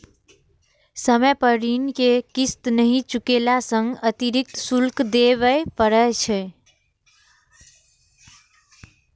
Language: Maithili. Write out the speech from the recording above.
समय पर ऋण के किस्त नहि चुकेला सं अतिरिक्त शुल्क देबय पड़ै छै